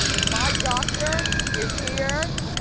my doctor is here.